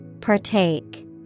Partake